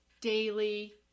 daily